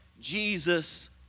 Jesus